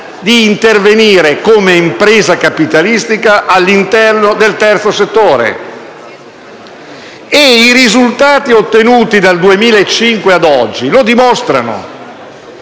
di intervenire, come impresa capitalistica, all'interno del terzo settore: i risultati ottenuti dal 2005 a oggi lo dimostrano.